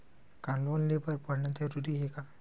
का लोन ले बर पढ़ना जरूरी हे का?